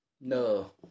No